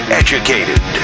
educated